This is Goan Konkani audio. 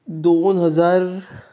दोन हजार